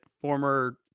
former